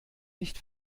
nicht